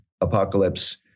apocalypse